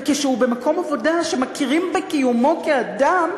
וכשהוא במקום עבודה שמכירים בקיומו כאדם,